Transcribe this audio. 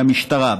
המשטרה,